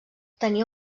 tenia